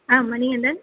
ஆ Manikandan